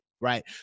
right